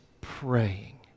praying